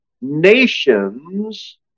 nations